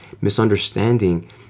misunderstanding